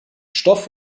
stoff